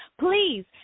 Please